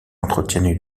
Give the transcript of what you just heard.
entretiennent